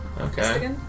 Okay